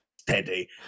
steady